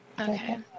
Okay